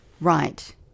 right